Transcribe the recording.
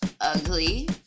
ugly